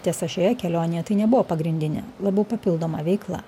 tiesa šioje kelionėje tai nebuvo pagrindinė labiau papildoma veikla